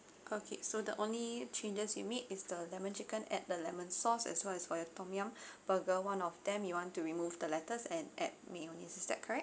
okay so the only changes you made is the lemon chicken add the lemon sauce as well as for your tom yum burger one of them you want to remove the lettuce and add mayonnaise is that correct